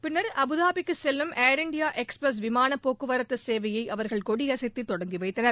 பின்னர் அபுதாபிக்கு செல்லும் ஏர்இந்தியா எக்ஸ்பிரஸ் விமான போக்குவரத்து சேவையை அவர்கள் கொடியசைத்து தொடங்கி வைத்தனர்